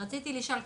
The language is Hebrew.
רציתי לשאול,